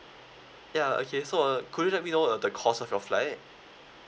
ya okay so uh could you let me know uh the cost of your flight